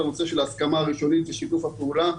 הנושא של ההסכמה הראשונית ושיתוף הפעולה,